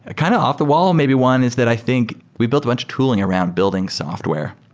ah kind of off the wall, maybe one is that i think we built a bunch tooling around building software.